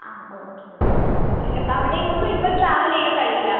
ആ okay okay അവിടേക്കൊന്നും ഇപ്പം ട്രാവൽ ചെയ്യാൻ കഴിയില്ല